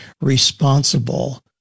responsible